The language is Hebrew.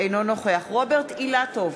אינו נוכח רוברט אילטוב,